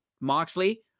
Moxley